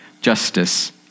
justice